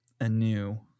Anew